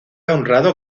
honrado